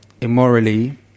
immorally